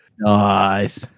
Nice